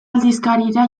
aldizkarira